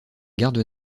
garde